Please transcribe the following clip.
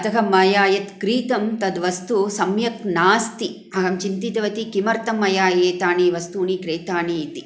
अतः मया यत् क्रीतं तद् वस्तु सम्यक् नास्ति अहं चिन्तितवती किमर्थं मया एतानि वस्तूनि क्रीतानि इति